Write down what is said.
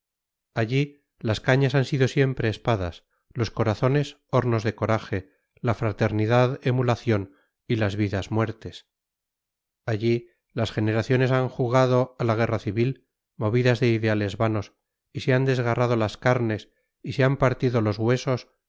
allí las cañas han sido siempre espadas los corazones hornos de coraje la fraternidad emulación y las vidas muertes allí las generaciones han jugado a la guerra civil movidas de ideales vanos y se han desgarrado las carnes y se han partido los huesos